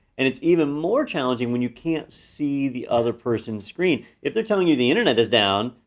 and it's even more challenging when you can't see the other person's screen. if they're telling you the internet is down,